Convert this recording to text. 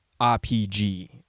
RPG